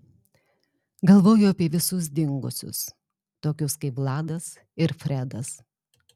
galvoju apie visus dingusius tokius kaip vladas ir fredas